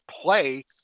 play